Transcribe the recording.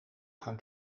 gaan